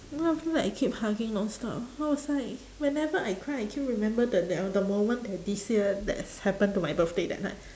then after that I keep hugging nonstop I was like whenever I cry I keep remember the that one the moment the this year that happen to my birthday that night